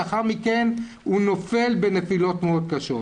ולאחר מכן הוא נופל בנפילות מאוד קשות.